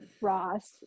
Ross